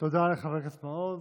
תודה לחבר הכנסת מעוז.